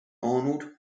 arnold